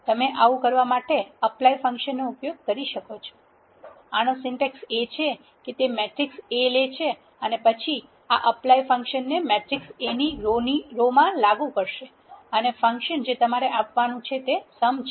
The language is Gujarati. તમે આવું કરવા માટે apply ફંક્શનનો ઉપયોગ કરી શકો છો આનો સિન્ટેક્સ એ છે કે તે મેટ્રિક્સ A લે છે અને પછી આ apply ફંક્શનને મેટ્રિક્સ A ની રો માં લાગુ કરશે અને ફંક્શન જે તમારે આપવાનુ છે તે સમ છે